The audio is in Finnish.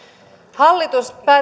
hallitus